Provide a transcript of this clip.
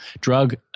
drug